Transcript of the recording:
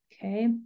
Okay